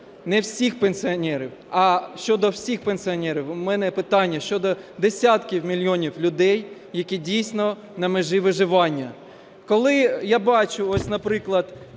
не всіх пенсіонерів, а щодо всіх пенсіонерів. У мене питання щодо десятків мільйонів людей, які дійсно на межі виживання. Коли я бачу ось, наприклад,